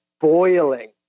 boiling